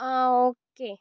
ആ ഓക്കെ